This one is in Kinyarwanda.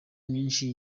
myinshi